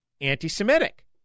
anti-Semitic